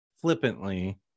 flippantly